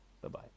Bye-bye